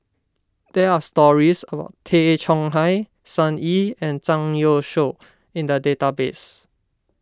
there are stories about Tay Chong Hai Sun Yee and Zhang Youshuo in the database